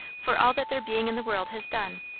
for all that their being in the world has done.